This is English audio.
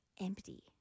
empty